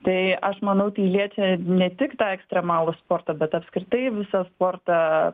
tai aš manau tai liečia ne tik tą ekstremalų sportą bet apskritai visą sportą